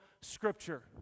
Scripture